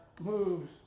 moves